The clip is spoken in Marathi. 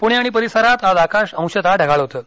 पुणे आणि परिसरात आज आकाश अंशतः ढगाळ होतं